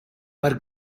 par